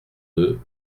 deux